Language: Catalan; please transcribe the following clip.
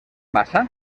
passa